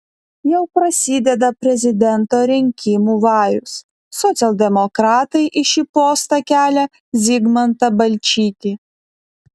jau prasideda prezidento rinkimų vajus socialdemokratai į šį postą kelią zigmantą balčytį